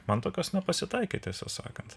man tokios nepasitaikė tiesa sakant